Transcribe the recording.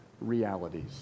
realities